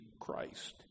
Christ